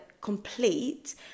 complete